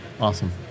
Awesome